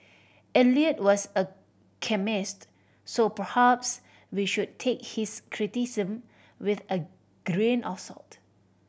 Eliot was a chemist so perhaps we should take his criticism with a grain of salt